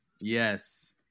Yes